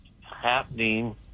happening